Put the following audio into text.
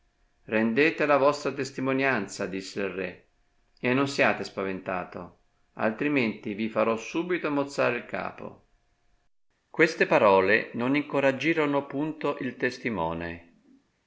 rendete la vostra testimonianza disse il re e non siate spaventato altrimenti vi farò subito mozzare il capo queste parole non incoraggirono punto il testimone